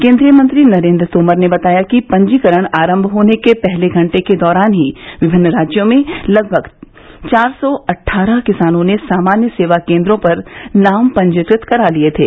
केन्द्रीय मंत्री नरेन्द्र तोमर ने बताया कि पंजीकरण आरम्भ होने के पहले घंटे के दौरान ही विभिन्न राज्यों में लगभग चार सौ अट्ठारह किसानों ने सामान्य सेवा केन्द्रों पर नाम पंजीकृत करा लिये थे